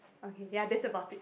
okay ya that's about it